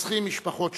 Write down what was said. רוצחים משפחות שלמות.